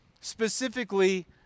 Specifically